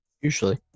Usually